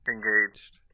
Engaged